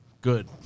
Good